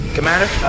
Commander